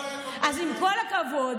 אז עם כל הכבוד,